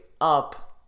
up